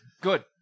Good